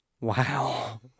Wow